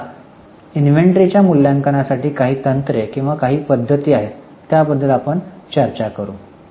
आता यादीच्या मूल्यांकनासाठी काही तंत्रे किंवा काही पद्धती आहेत ज्याबद्दल आपण त्यांच्याबद्दल चर्चा करू